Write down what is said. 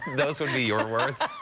those would be your words.